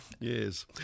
Yes